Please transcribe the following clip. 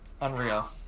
unreal